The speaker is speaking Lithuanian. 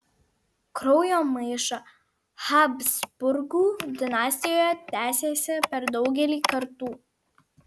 kraujomaiša habsburgų dinastijoje tęsėsi per daugelį kartų